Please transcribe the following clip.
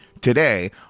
today